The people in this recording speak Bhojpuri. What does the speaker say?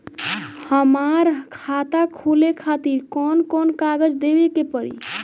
हमार खाता खोले खातिर कौन कौन कागज देवे के पड़ी?